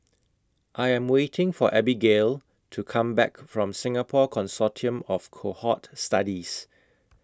I Am waiting For Abigayle to Come Back from Singapore Consortium of Cohort Studies